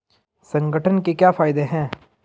संगठन के क्या फायदें हैं?